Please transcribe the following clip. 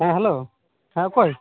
ᱦᱮᱸ ᱦᱮᱞᱳ ᱦᱮᱸ ᱚᱠᱚᱭ